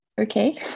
okay